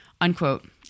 unquote